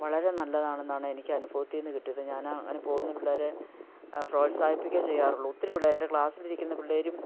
വളരെ നല്ലതാണെന്നാണ് എനിക്ക് അനുഭവത്തിൽ നിന്ന് കിട്ടിയത് ഞാൻ ആ അങ്ങനെ പോകുന്ന പിള്ളേരെ പ്രോത്സാഹിപ്പിക്കെ ചെയ്യാറുള്ളൂ ഒത്തിരി പിള്ളേരെൻ്റെ ക്ലാസ്സിലിരിക്കുന്ന പിള്ളേരും